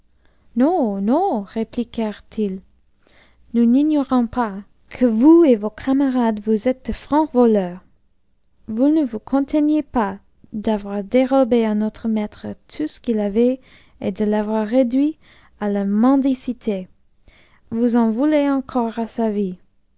non non répliquèrent ils nous n'ignorons pas que vous et vos camarades vous êtes de francs voleurs vous ne vous contentez pas d'avoir dérobé à notre maitre tout ce qu'il avait et de l'avoir réduit à la mendicité vous en voulez encore à sa vie